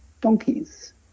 donkeys